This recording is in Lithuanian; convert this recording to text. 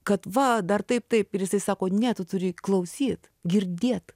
kad va dar taip taip ir jisai sako ne tu turi klausyt girdėt